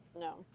No